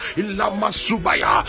ilamasubaya